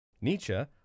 Nietzsche